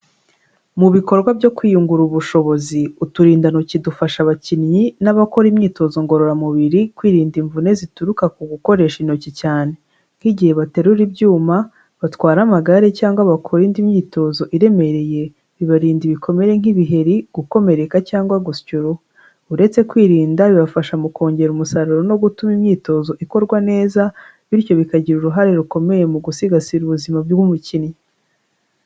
Mu bikorwa byo kwiyungura ubushobozi, uturindantoki dufasha abakinnyi n'abakora imyitozo ngororamubiri kwirinda imvune zituruka ku gukoresha intoki cyane, nk'igihe baterura ibyuma, batwara amagare, cyangwa bakora indi myitozo iremereye. Bibarinda ibikomere, nk'ibiheri, gukomereka, cyangwa gusya uruhu. Uretse kwirinda, bibafasha mu kongera umusaruro no gutuma imyitozo ikorwa neza, bityo bikagira uruhare rukomeye mu gusigasira ubuzima bw'umukinnyi.